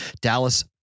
Dallas